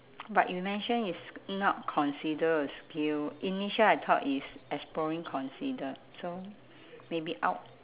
but you mention is not consider a skill initial I thought is exploring considered so maybe out